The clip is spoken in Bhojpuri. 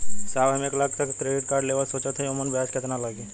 साहब हम एक लाख तक क क्रेडिट कार्ड लेवल सोचत हई ओमन ब्याज कितना लागि?